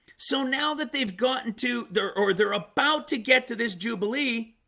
so now that they've gotten to their or they're about to get to this jubilee